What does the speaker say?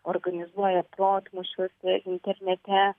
organizuoja protmūšius internete